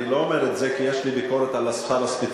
אני לא אומר את זה כי יש לי ביקורת על השר הספציפי,